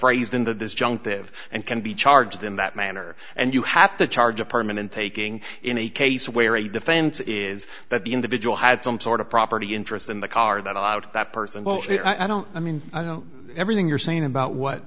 phrased in that this junk this and can be charged in that manner and you have to charge apartment and taking in a case where a defense is that the individual had some sort of property interest in the car that allowed that person i don't i mean i know everything you're saying about what